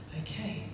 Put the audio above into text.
okay